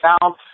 found